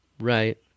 Right